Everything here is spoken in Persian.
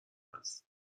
هست